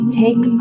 take